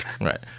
Right